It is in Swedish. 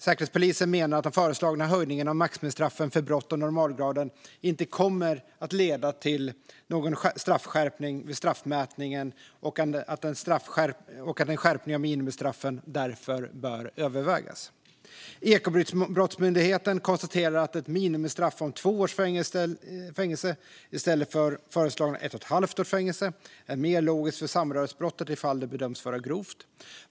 Säkerhetspolisen menar att de föreslagna höjningarna av maximistraffen för brott av normalgraden inte kommer att leda till någon straffskärpning vid straffmätningen och att en skärpning av minimistraffen därför bör övervägas. Ekobrottsmyndigheten konstaterar att ett minimistraff om två års fängelse, i stället för föreslagna ett och ett halvt års fängelse, är mer logiskt för samröresbrottet i de fall det bedöms vara grovt.